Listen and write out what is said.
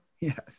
Yes